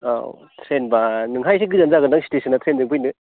औ ट्रेनबा नोंहा एसे गोजान जागोनदां स्टेसननिफ्राय ट्रेनजों फैनो